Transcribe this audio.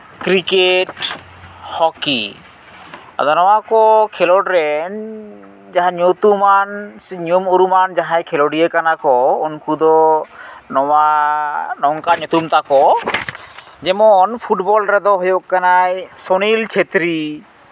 cricket ᱦᱚᱸᱠᱤ ᱟᱫᱚ ᱱᱚᱣᱟᱠᱚ ᱠᱷᱮᱞᱳᱰ ᱨᱮᱱ ᱡᱟᱦᱟᱸ ᱧᱩᱛᱩᱢᱟᱱ ᱥᱮ ᱧᱩᱢ ᱩᱨᱩᱢᱟᱱ ᱡᱟᱦᱟᱸᱭ ᱠᱷᱮᱞᱳᱰᱤᱭᱟᱹ ᱠᱟᱱᱟ ᱠᱚ ᱩᱱᱠᱩ ᱫᱚ ᱱᱚᱣᱟ ᱱᱚᱝᱠᱟ ᱧᱩᱛᱩᱢ ᱛᱟᱠᱚ ᱡᱮᱢᱚᱱ ᱯᱷᱩᱴᱵᱚᱞ ᱨᱮᱫᱚᱭ ᱦᱩᱭᱩᱜ ᱠᱟᱱᱟᱭ ᱥᱩᱱᱤᱞ ᱪᱷᱮᱛᱨᱤ